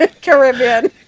Caribbean